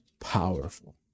Powerful